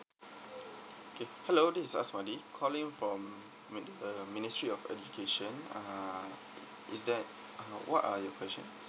okay uh hello this is azbadi calling from min~ uh ministry of education uh is there an h~ what are your question